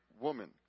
woman